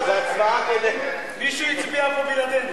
איך, תסביר לי.